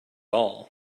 all